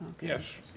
Yes